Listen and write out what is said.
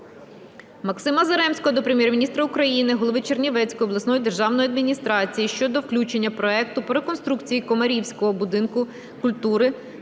Максима Заремського до Прем'єр-міністра України, голови Чернівецької обласної державної адміністрації щодо включення проекту по реконструкції Комарівського будинку культури